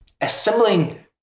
assembling